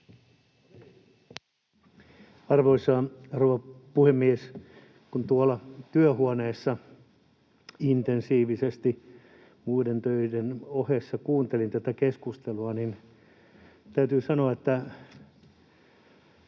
rouva puhemies! Tuolla työhuoneessa intensiivisesti muiden töiden ohessa kuuntelin tätä keskustelua, ja täytyy sanoa, että